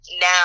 now